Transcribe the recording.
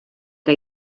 que